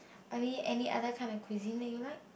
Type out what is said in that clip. any any other kind of cuisine that you like